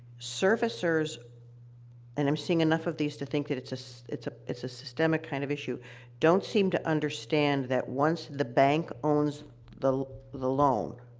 servicers and i'm seeing enough of these to think that it's ah it's a it's a systemic kind of issue don't seem to understand that once the bank owns the the loan,